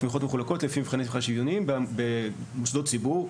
התמיכות מחולקות לפי מבחני תמיכה שוויוניים במוסדות ציבור,